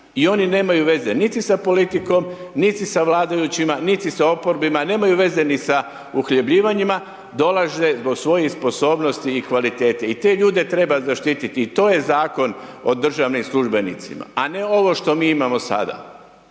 i oni nemaju veze niti sa politikom, niti sa vladajućima, niti sa oporbima, nemaju veze ni sa uhljebljivanjima, dolaze zbog svoje sposobnosti i kvalitete i te ljude treba zaštititi i to je Zakon o državnim službenicima, a ne ovo što mi imamo sada.